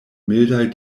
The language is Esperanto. mildaj